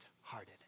hearted